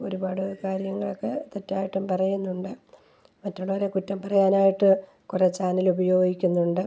ഒരുപാട് കാര്യങ്ങളൊക്കെ തെറ്റായിട്ടും പറയുന്നുണ്ട് മറ്റുള്ളവരെ കുറ്റം പറയാനായിട്ട് കുറേ ചാനലുപയോഗിക്കുന്നുണ്ട്